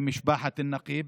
למשפחת אלנאקיב.